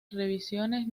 revisiones